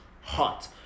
hot